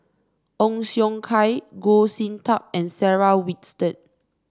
Ong Siong Kai Goh Sin Tub and Sarah Winstedt